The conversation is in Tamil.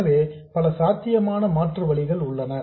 எனவே பல சாத்தியமான மாற்று வழிகள் உள்ளன